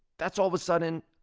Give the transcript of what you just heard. that's all of a sudden,